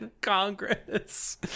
Congress